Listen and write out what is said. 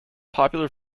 popular